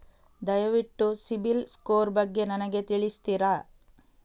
ದಯವಿಟ್ಟು CIBIL score ಬಗ್ಗೆ ನನಗೆ ತಿಳಿಸ್ತಿರಾ?